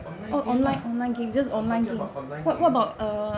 online games lah I am talking about online game